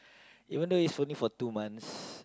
even though it's only for two months